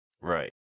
Right